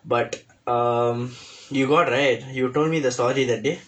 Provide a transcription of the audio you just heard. but um you got right you told me the story that day